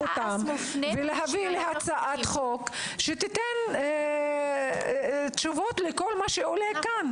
אותן ולהביא הצעת חוק שתיתן תשובות לכל מה שעולה כאן.